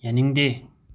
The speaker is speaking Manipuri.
ꯌꯥꯅꯤꯡꯗꯦ